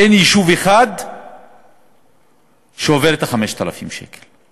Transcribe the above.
אין יישוב אחד שעובר את 5,000 השקל,